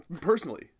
personally